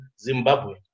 Zimbabwe